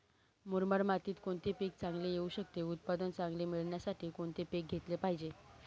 मुरमाड मातीत कोणते पीक चांगले येऊ शकते? उत्पादन चांगले मिळण्यासाठी कोणते पीक घेतले पाहिजे?